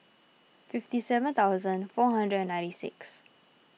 fifty seven thousand four hundred and ninety six